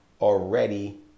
already